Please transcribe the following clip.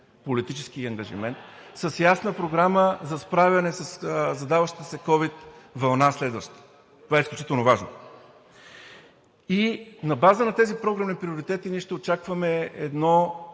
политически ангажимент с ясна програма за справяне със задаващата се следваща ковид вълна. Това е изключително важно. На база на тези програмни приоритети ще очакваме